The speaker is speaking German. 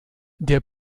der